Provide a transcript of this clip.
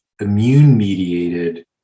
immune-mediated